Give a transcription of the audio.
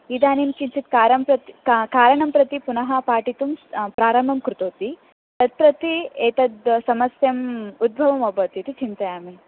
इदानीं किञ्चित् कारं प्रति का कारणं प्रति पुनः पाठयितुं प्रारम्भं कृतवती तत् प्रति एतद् समस्याम् उद्भवः अभवत् इति चिन्तयामि